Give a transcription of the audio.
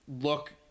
look